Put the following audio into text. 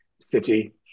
city